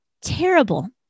terrible